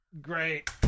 great